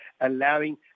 allowing